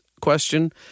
question